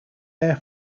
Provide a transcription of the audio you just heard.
air